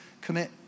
commit